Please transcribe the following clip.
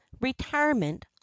retirement